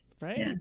Right